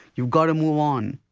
you've got to move on.